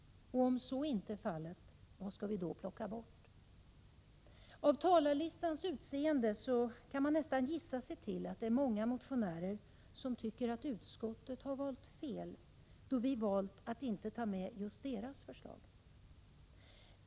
Om så inte är fallet — vad skall vi då plocka bort? Av talarlistans utseende kan man nästan gissa sig till att det är många motionärer som tycker att utskottet har valt fel, då vi valt att inte ta med just deras förslag.